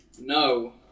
No